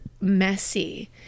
messy